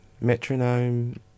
metronome